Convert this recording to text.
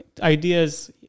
ideas